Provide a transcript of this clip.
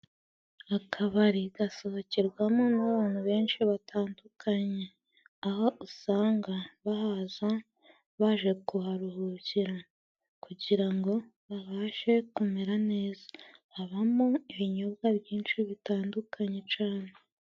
Akabari gasohokerwamo n'abantu benshi batandukanye, aho usanga bahaza baje kuharuhukira kugira ngo babashe kumera neza. Habamo ibinyobwa byinshi bitandukanye cane.